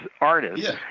artists